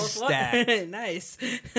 Nice